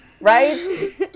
Right